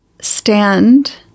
stand